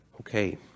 Okay